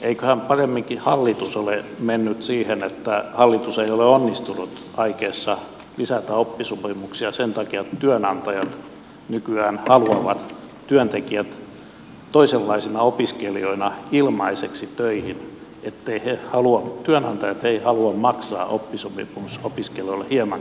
eiköhän paremminkin hallitus ole mennyt siihen että se ei ole onnistunut aikeissa lisätä oppisopimuksia sen takia että työnantajat nykyään haluavat työntekijät toisenlaisina opiskelijoina ilmaiseksi töihin työnantajat eivät halua maksaa oppisopimusopiskelijoille hieman korkeampaa palkkaa